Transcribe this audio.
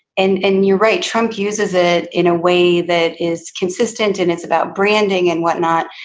and and you're right, trump uses it in a way that is consistent and it's about branding and whatnot.